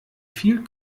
viel